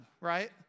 right